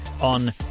on